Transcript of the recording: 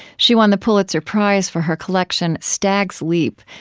she won the pulitzer prize for her collection stag's leap,